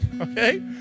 okay